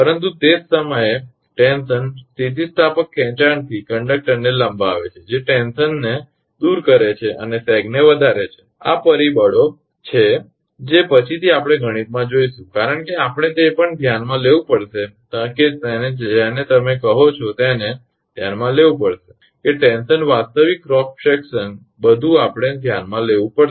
પરંતુ તે જ સમયે ટેન્શન સ્થિતિસ્થાપક ખેંચાણથી કંડક્ટરને લંબાવે છે જે ટેન્શનને દૂર કરે છે અને સેગને વધારે છે આ પરિબળો છે જે પછીથી આપણે ગણિતમાં જોઈશું કારણ કે આપણે તે પણ ધ્યાનમાં લેવું પડશે કે તમે જેને કહો છો તેને ધ્યાનમાં લેવું જોઈએ કે ટેન્શન વાસ્તવિક ક્રોસ સેક્શન બધું આપણે ધ્યાનમાં લેવું પડશે